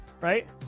right